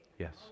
Yes